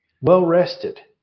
well-rested